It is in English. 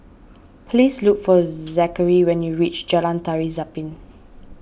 please look for Zachary when you reach Jalan Tari Zapin